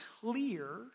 clear